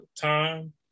time